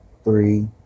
Three